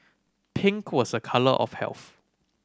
pink was a colour of health